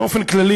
באופן כללי,